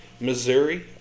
Missouri